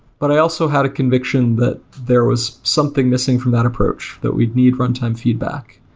but i also had a conviction that there was something missing from that approach that we'd need runtime feedback.